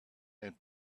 and